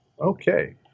Okay